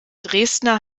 dresdner